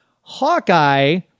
hawkeye